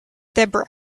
deborah